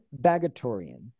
Bagatorian